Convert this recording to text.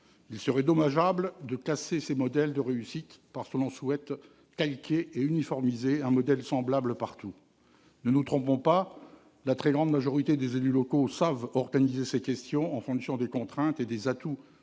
Il serait dommageable de casser ces modèles de réussite parce que l'on souhaite calquer et uniformiser un modèle semblable partout. Ne nous trompons pas : la très grande majorité des élus locaux savent organiser ces questions en fonction des contraintes et des atouts